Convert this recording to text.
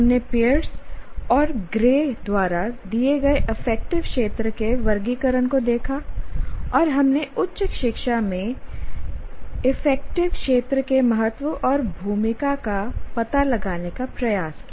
हमने पियर्स और ग्रे द्वारा दिए गए अफेक्टिव क्षेत्र के वर्गीकरण को देखा और हमने उच्च शिक्षा में ही अफेक्टिव क्षेत्र के महत्व और भूमिका का पता लगाने का प्रयास किया